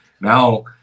now